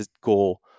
goal